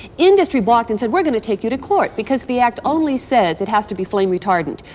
industry balked and said, we're gonna to take you to court because the act only says it has to be flame retardant.